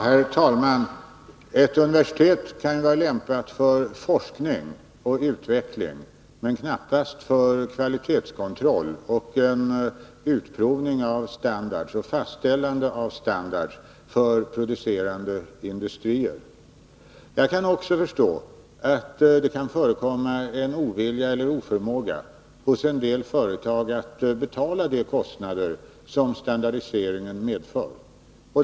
Herr talman! Ett universitet kan vara lämpat för forskning och utveckling men knappast för kvalitetskontroll samt utprovning och fastställande av standarder när det gäller producerande industrier. Jag kan vidare förstå att det kan förekomma en ovilja eller oförmåga hos en del företag när det gäller att bära de kostnader som standardiseringen medför.